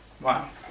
Wow